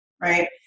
right